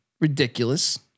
ridiculous